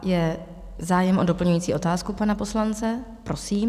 Je zájem o doplňující otázku pana poslance, prosím.